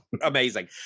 amazing